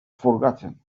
forgotten